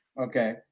okay